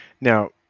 Now